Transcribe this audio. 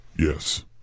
yes